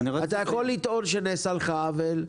אתה יכול לטעון שנעשה לך עוול,